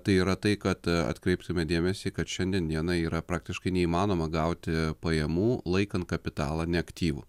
tai yra tai kad atkreipsime dėmesį kad šiandien dieną yra praktiškai neįmanoma gauti pajamų laikant kapitalą neaktyvų